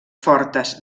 fortes